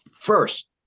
First